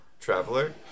traveler